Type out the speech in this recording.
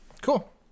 Cool